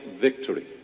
victory